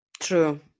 True